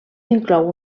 inclou